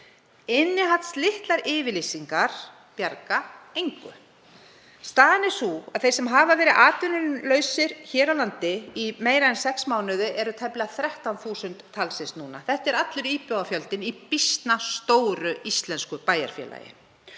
innihaldslitlar yfirlýsingar bjarga engu. Staðan er sú að þeir sem hafa verið atvinnulausir hér á landi í meira en sex mánuði eru orðnir tæplega 13.000 talsins. Það er allur íbúafjöldinn í býsna stóru, íslensku bæjarfélagi.